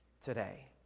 today